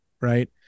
right